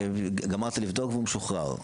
וגמרת לבדוק והוא משוחרר.